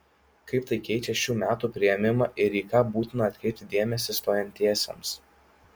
kaip tai keičią šių metų priėmimą ir į ką būtina atkreipti dėmesį stojantiesiems